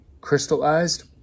crystallized